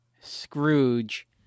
Scrooge